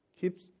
keeps